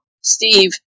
Steve